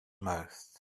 mouth